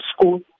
school